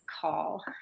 call